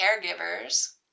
caregivers